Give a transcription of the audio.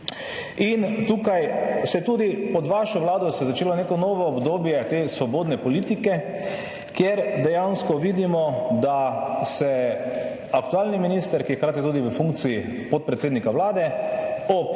in tukaj se tudi pod vašo Vlado, se je začelo neko novo obdobje te svobodne politike, kjer dejansko vidimo, da se aktualni minister, ki je hkrati tudi v funkciji podpredsednika Vlade, ob